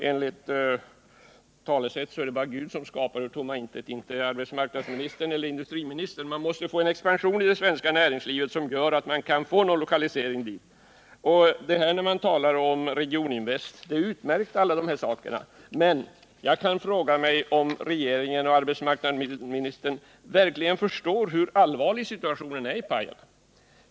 Enligt talesätt är det bara Gud som skapar ur tomma intet, inte arbetsmarknadsministern eller industriministern. — Vi måste få en expansion i det svenska näringslivet, som gör att företag kan lokaliseras till Pajala. Herr Wirtén talar om Regioninvest. Det är utmärkt, men jag vill ställa frågan om arbetsmarknadsministern och regeringen i övrigt verkligen förstår hur allvarlig situationen är i Pajala.